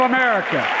America